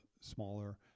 smaller